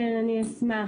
כן, אני אשמח.